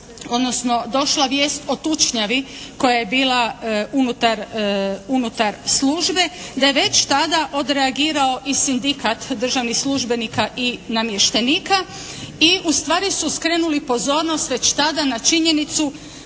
odnosno došla vijest o tučnjavi koja je bila unutar službe, da je već tada odreagirao i sindikat državnih službenika i namještenika i ustvari su skrenuli pozornost već tada na činjenicu